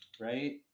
right